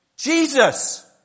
Jesus